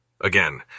Again